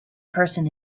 person